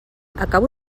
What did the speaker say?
acabo